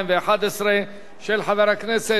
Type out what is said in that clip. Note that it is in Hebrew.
של חבר הכנסת זאב בילסקי.